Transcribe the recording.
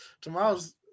Tomorrow's